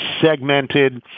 segmented